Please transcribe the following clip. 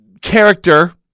character